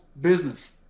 business